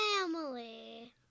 Family